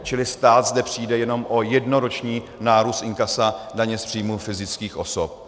Čili stát zde přijde jenom o jednoroční nárůst inkasa daně z příjmů fyzických osob.